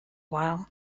while